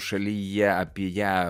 šalyje apie ją